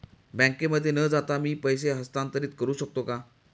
बँकेमध्ये न जाता मी पैसे हस्तांतरित करू शकतो का?